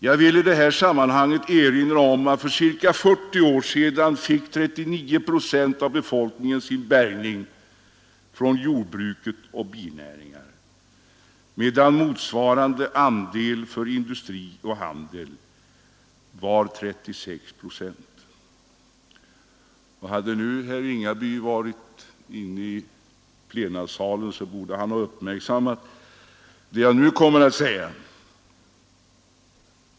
Jag vill i det sammanhanget erinra om att för ca 40 år sedan 39 procent av befolkningen fick sin bärgning från jordbruket och binäringar, medan motsvarande andel för industri och handel var 36 procent. — Hade nu herr Ringaby varit inne i plenisalen, borde han ha uppmärksammat det jag nu kommer att säga.